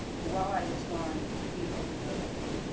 but while i was gone, he overdosed.